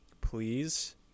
please